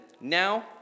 now